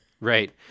Right